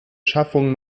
schaffung